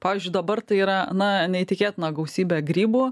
pavyzdžiui dabar tai yra na neįtikėtina gausybė grybų